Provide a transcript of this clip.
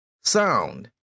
sound